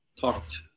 talked